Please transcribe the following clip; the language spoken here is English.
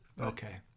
okay